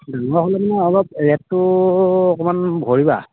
ডাঙৰ হ'লে মানে অলপ ৰেটটো অকমান ভৰিবা